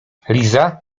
liza